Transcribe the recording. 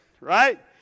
right